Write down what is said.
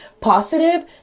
positive